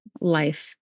life